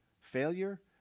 failure